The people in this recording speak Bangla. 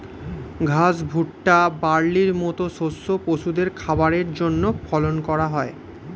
ঘাস, ভুট্টা, বার্লির মত শস্য পশুদের খাবারের জন্যে ফলন করা হয়